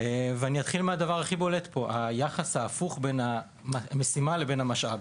ואני אתחיל מהדבר שהוא הכי בולט פה: היחס ההפוך בין המשימה לבין המשאב.